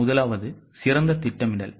முதலாவது சிறந்த திட்டமிடல்